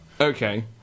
Okay